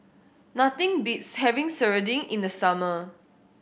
nothing beats having serunding in the summer